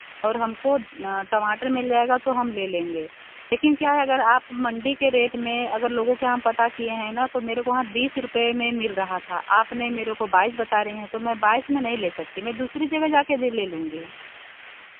और हमको टमाटर मिल जाएगा तो हम ले लेंगे लेकिन क्या है अगर आप मंडी के रेट में अगर लोगों के यहाँ हम पता किए हैं ना तो मेरे को वहाँ बीस रुपये में मिल रहा था आपने मेरे को बाईस बता रहे हैं तो मैं बाईस में नहीं ले सकती मैं दूसरी जगह जाकर भी ले लूँगी